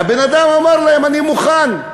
והבן-אדם אמר להם: אני מוכן,